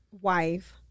wife